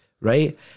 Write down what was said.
right